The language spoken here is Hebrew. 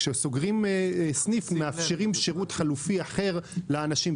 כשסוגרים סניף מאפשרים שירות חלופי אחר לאנשים,